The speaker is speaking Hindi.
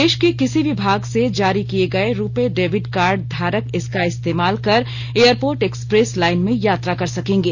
देश के किसी भी भाग से जारी किए गए रुपे डेबिट कार्ड धारक इसका इस्तेमाल कर एयरपोर्ट एक्सप्रेस लाइन में यात्रा कर सकेंगे